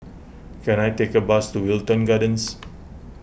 can I take a bus to Wilton Gardens